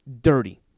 dirty